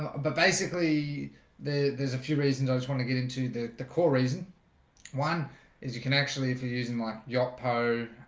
ah but basically there's a few reasons. i just want to get into the the core reason one is you can actually if you're using my yocto